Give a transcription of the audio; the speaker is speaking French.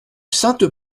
sainte